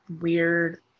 weird